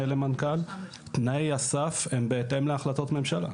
למנכ"ל תנאי הסף הם בהתאם להחלטות ממשלה.